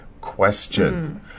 question